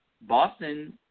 Boston